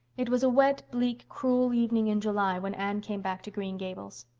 it was a wet, bleak, cruel evening in july when anne came back to green gables.